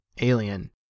alien